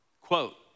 quote